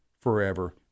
forever